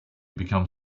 become